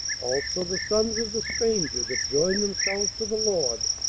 also the sons of the stranger that join themselves to the lord,